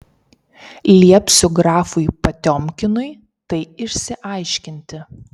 liepsiu grafui potiomkinui tai išsiaiškinti